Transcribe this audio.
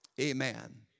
Amen